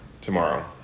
tomorrow